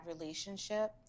relationship